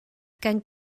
gan